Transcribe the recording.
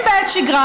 אם בעת שגרה,